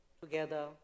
together